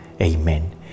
Amen